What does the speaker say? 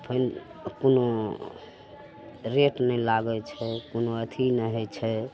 पानि कोनो रेट नहि लागै छै कोनो अथी नहि होइ छै